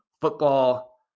football